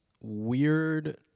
weird